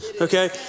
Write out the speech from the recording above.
okay